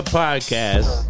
podcast